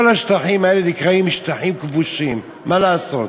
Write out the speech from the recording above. כל השטחים האלה נקראים "שטחים כבושים", מה לעשות.